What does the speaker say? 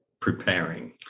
preparing